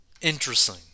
interesting